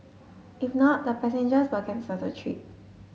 if not the passengers will cancel the trip